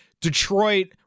Detroit